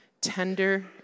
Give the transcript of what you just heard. tender